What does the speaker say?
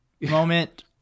moment